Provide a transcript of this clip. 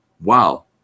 wow